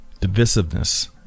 divisiveness